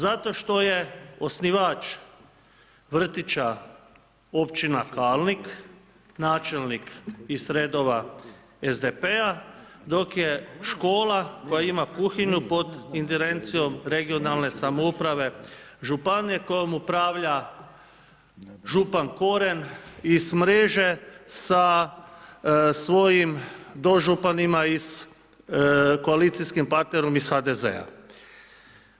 Zato što je osnivač vrtića Općina Kalnik, načelnik iz redova SDP-a, dok je škola koja ima kuhinju pod indirencijom regionalne samouprave županija kojom upravlja župan Koren i smreže sa svojim dožupanima iz koalicijskim partnerom iz HDZ-a.